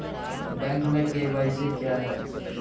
Bank में KYC क्या है?